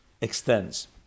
extends